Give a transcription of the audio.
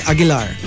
Aguilar